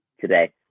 today